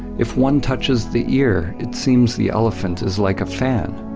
if one touches the ear, it seems the elephant is like a fan.